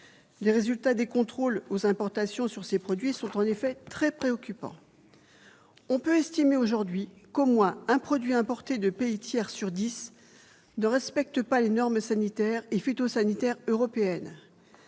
Les résultats des contrôles aux importations sur ces produits sont en effet très préoccupants. On peut estimer aujourd'hui qu'au moins un produit importé de pays tiers sur dix ne respecte pas les normes sanitaires et phytosanitaires européennes.